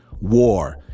war